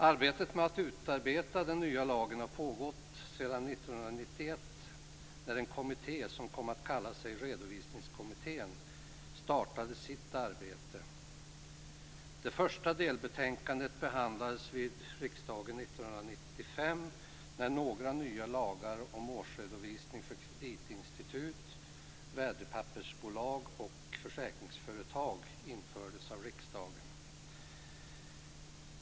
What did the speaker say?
Arbetet med att utarbeta den nya lagen har pågått sedan 1991, när en kommitté som kom att kalla sig Redovisningskommittén startade sitt arbete. Det första delbetänkandet behandlades av riksdagen 1995, när några nya lagar om årsredovisning för kreditinstitut, värdepappersbolag och försäkringsföretag infördes av riksdagen.